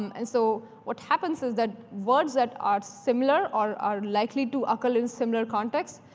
um and so what happens is that words that are similar, are are likely to occur in similar contexts,